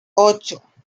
ocho